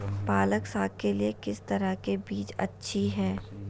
पालक साग के लिए किस तरह के बीज अच्छी है?